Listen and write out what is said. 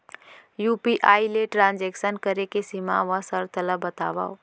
UPI ले transaction करे के सीमा व शर्त ला बतावव?